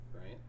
Right